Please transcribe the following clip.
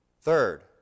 Third